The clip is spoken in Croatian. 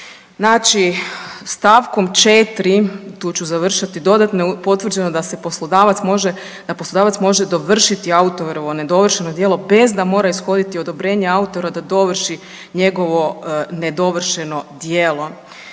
Znači, stavkom 4. i tu ću završiti dodatno je potvrđeno da poslodavac može dovršiti autorovo nedovršeno djelo bez da mora ishoditi odobrenje autora da dovrši njegovo nedovršeno djelo.